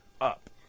up